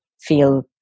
feel